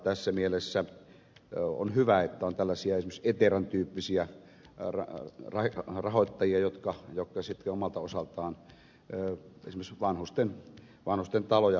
tässä mielessä on hyvä että on esimerkiksi tällaisia eteran tyyppisiä rahoittajia jotka omalta osaltaan esimerkiksi vanhusten taloja rakennuttavat